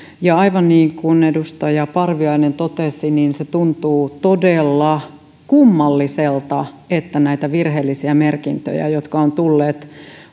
aivan niin kuin edustaja parviainen totesi se tuntuu todella kummalliselta että näitä virheellisiä merkintöjä jotka ovat tulleet